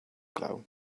glaw